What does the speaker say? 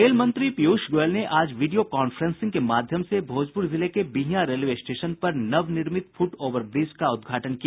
rail मंत्री पीयूष गोयल ने आज वीडियो कांफ्रेंसिंग के माध्यम से भोजपूर जिले के बिहियां रेलवे स्टेशन पर नवनिर्मित फुट ओवर ब्रिज का उद्घाटन किया